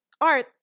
art